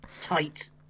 tight